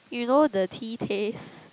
you know the tea taste